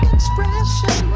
Expression